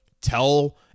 tell